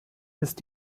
ist